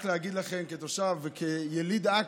רק להגיד לכם, כתושב וכיליד עכו,